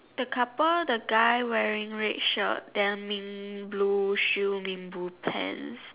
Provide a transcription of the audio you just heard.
the couple the guy wearing red shirt then mint blue shoe mint blue pants